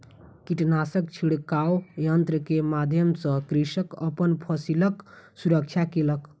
कीटनाशक छिड़काव यन्त्र के माध्यम सॅ कृषक अपन फसिलक सुरक्षा केलक